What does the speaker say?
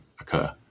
occur